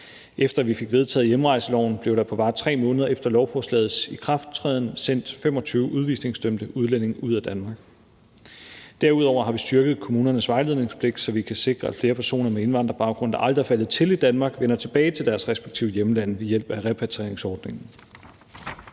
Efter at vi fik vedtaget hjemrejseloven blev der på bare 3 måneder efter lovforslagets ikrafttræden sendt 25 udvisningsdømte udlændinge ud af Danmark. Derudover har vi styrket kommunernes vejledningspligt, så vi kan sikre, at flere personer med indvandrerbaggrund, der aldrig er faldet til i Danmark, vender tilbage til deres respektive hjemlande ved hjælp af repatrieringsordningen.